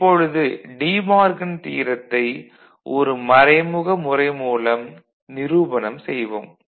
இப்பொழுது De Morgan தியரத்தை ஒரு மறைமுக முறை மூலம் நிரூபணம் செய்வோம்